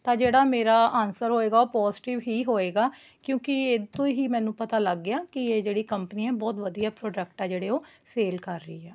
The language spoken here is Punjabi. ਤਾਂ ਜਿਹੜਾ ਮੇਰਾ ਆਨਸਰ ਹੋਏਗਾ ਉਹ ਪੋਜ਼ੀਟਿਵ ਹੀ ਹੋਏਗਾ ਕਿਉਂਕਿ ਇਹ ਤੋਂ ਹੀ ਮੈਨੂੰ ਪਤਾ ਲੱਗ ਗਿਆ ਕਿ ਇਹ ਜਿਹੜੀ ਕੰਪਨੀ ਹੈ ਬਹੁਤ ਵਧੀਆ ਪ੍ਰੋਡਕਟ ਆ ਜਿਹੜੇ ਉਹ ਸੇਲ ਕਰ ਰਹੀ ਆ